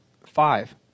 five